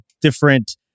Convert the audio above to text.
different